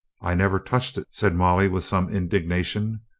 i never touched it, said molly with some in dignation.